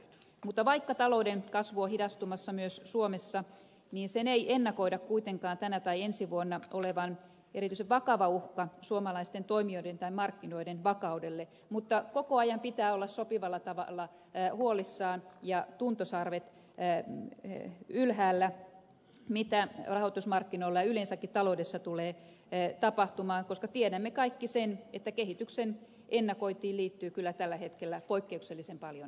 mutta vaikka talouden kasvu on hidastumassa myös suomessa niin sen ei ennakoida kuitenkaan tänä tai ensi vuonna olevan erityisen vakava uhka suomalaisten toimijoiden tai markkinoiden vakaudelle mutta koko ajan pitää olla sopivalla tavalla huolissaan ja tuntosarvet ylhäällä mitä rahoitusmarkkinoilla ja yleensäkin taloudessa tulee tapahtumaan koska tiedämme kaikki sen että kehityksen ennakointiin liittyy kyllä tällä hetkellä poikkeuksellisen paljon epävarmuutta